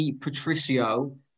Patricio